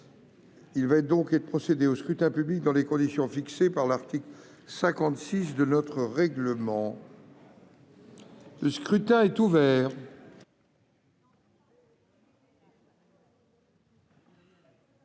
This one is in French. Il va être procédé au scrutin dans les conditions fixées par l'article 56 du règlement. Le scrutin est ouvert.